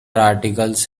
articles